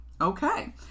Okay